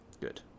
Good